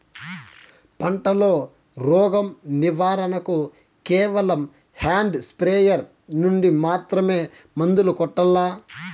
పంట లో, రోగం నివారణ కు కేవలం హ్యాండ్ స్ప్రేయార్ యార్ నుండి మాత్రమే మందులు కొట్టల్లా?